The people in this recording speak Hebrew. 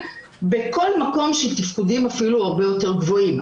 בכל מקום של תפקודים אפילו הרבה הרבה יותר גבוהים,